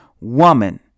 woman